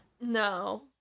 No